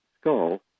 skull